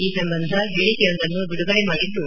ಈ ಸಂಬಂಧ ಹೇಳಿಕೆಯೊಂದನ್ನು ಬಿಡುಗಡೆ ಮಾಡಿದ್ದು